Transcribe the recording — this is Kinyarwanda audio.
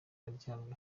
aryamye